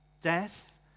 Death